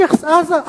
איכס עזה.